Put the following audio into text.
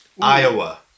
Iowa